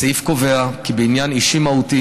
הסעיף קובע כי בעניין אישי מהותי,